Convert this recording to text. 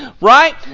Right